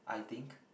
I think